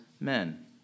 men